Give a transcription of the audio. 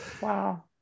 Wow